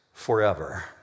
forever